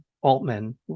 Altman